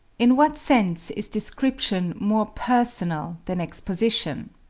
in what sense is description more personal than exposition?